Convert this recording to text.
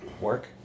Work